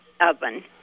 oven